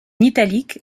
italique